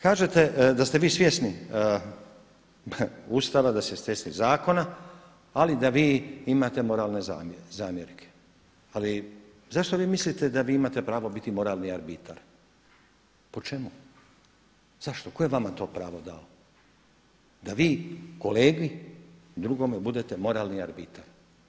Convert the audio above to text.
Kažete da ste vi svjesni Ustava, da ste svjesni zakona ali da vi imate moralne zamjerke, ali zašto vi mislite da imate pravo biti moralni arbitar, po čemu, zašto, tko je vama to pravo dao da vi kolegi drugome budete morali arbitar?